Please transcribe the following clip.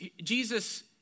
Jesus